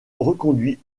reconduit